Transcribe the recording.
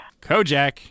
Kojak